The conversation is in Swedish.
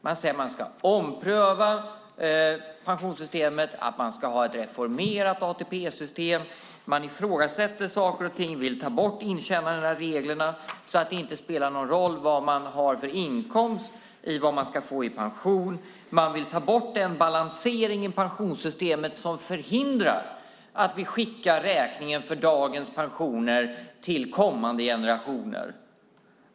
Man säger att man ska ompröva pensionssystemet och att man ska ha ett reformerat ATP-system. Man ifrågasätter saker och ting och vill ta bort intjänandereglerna, så att det inte spelar någon roll vad man har för inkomst när det gäller vad man ska få i pension. Man vill ta bort den balansering i pensionssystemet som förhindrar att vi skickar räkningen för dagens pensioner till kommande generationer.